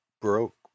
broke